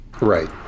Right